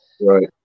right